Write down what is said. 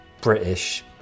British